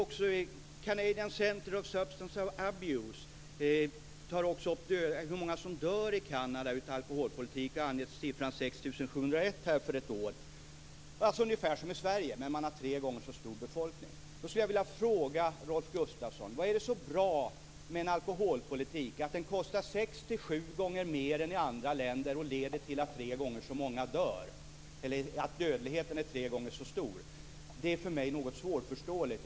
Canadian Center of Substance Abuse tar också upp hur många som dör i Kanada av alkoholskador. De har angett siffran 6 701 under ett år. Det är alltså ungefär som i Sverige, men man har tre gånger så stor befolkning. Jag skulle vilja fråga Rolf Gustavsson vad som är så bra med en alkoholpolitik som innebär kostnader som är sex sju gånger högre än i andra länder och leder till att dödligheten är tre gånger så stor. Det är något svårförståeligt för mig.